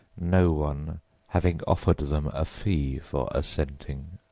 no one having offered them a fee for assenting.